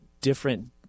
different